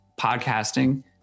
podcasting